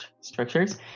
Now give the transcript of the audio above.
structures